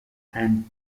and